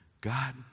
God